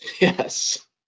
Yes